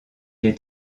est